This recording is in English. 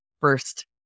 first